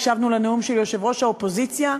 הקשבנו לנאום של יושב-ראש האופוזיציה,